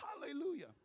Hallelujah